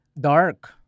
dark